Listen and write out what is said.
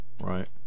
right